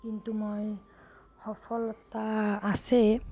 কিন্তু মই সফলতা আছে